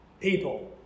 people